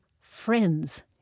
friends